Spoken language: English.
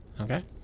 okay